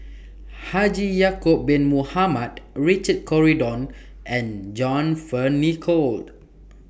Haji Ya'Acob Bin Mohamed Richard Corridon and John Fearns Nicoll